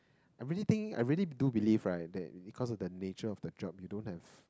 I really think I really do believe right that because of the nature of the job you don't have